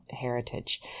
heritage